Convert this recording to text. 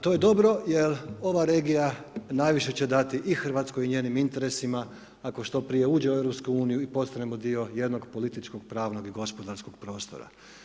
To je dobro jer ova regija najviše će dati i RH i njenim interesima ako što prije uđe u EU i postanemo dio jednog političkog, pravnog i gospodarskog prostora.